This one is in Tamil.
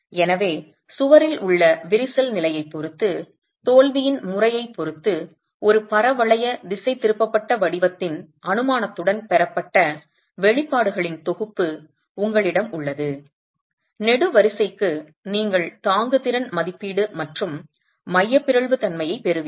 எனவே சுவரில் உள்ள விரிசல் நிலையைப் பொறுத்து தோல்வியின் முறையைப் பொறுத்து ஒரு பரவளைய திசைதிருப்பப்பட்ட வடிவத்தின் அனுமானத்துடன் பெறப்பட்ட வெளிப்பாடுகளின் தொகுப்பு உங்களிடம் உள்ளது நெடுவரிசைக்கு நீங்கள் தாங்கு திறன் மதிப்பீடு மற்றும் மைய பிறழ்வு தன்மையைப் பெறுவீர்கள்